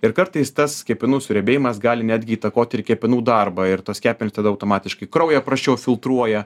ir kartais tas kepenų suriebėjimas gali netgi įtakoti ir kepenų darbą ir tos kepenys tada automatiškai kraują prasčiau filtruoja